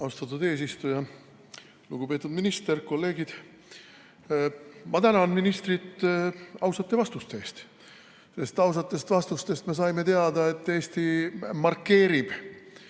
Austatud eesistuja! Lugupeetud minister! Kolleegid! Ma tänan ministrit ausate vastuste eest! Sest ausatest vastustest me saime teada, et Eesti markeerib